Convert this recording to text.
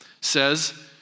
says